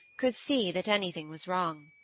could see that anything was wrong.